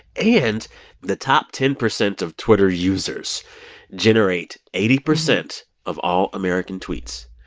and the top ten percent of twitter users generate eighty percent of all american tweets.